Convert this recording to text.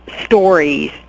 stories